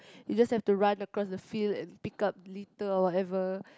you just have to run across the field and pick up litter or whatever